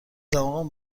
دماغم